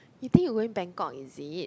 you think you going Bangkok is it